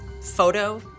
photo